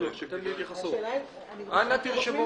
אנא תרשמו.